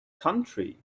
country